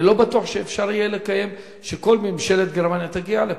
אני לא בטוח שאפשר יהיה שכל ממשלת גרמניה תגיע לפה,